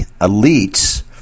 elites